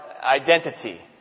identity